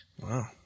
Wow